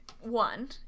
one